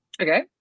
Okay